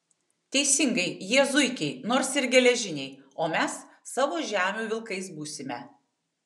teisingai jie zuikiai nors ir geležiniai o mes savo žemių vilkais būsime